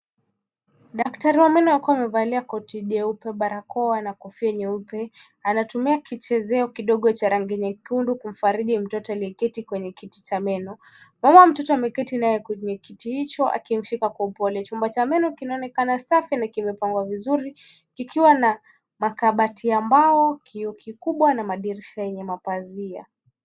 Daktari wa meno akiwa amevalia koti jeupe, barakoa na kofia nyeupe, anatumia kichezeo kidogo cha rangi nyekundu kumfariji mtoto aliyeketi kwenye kiti cha meno. Mama mtoto ameketi naye kwenye kiti hicho akimshika kwa upole. Chumba cha meno kinaonekana safi na kimepangwa vizuri, kikiwa na makabati ya mbao, kioo kikubwa na madirisha yenye mapazia.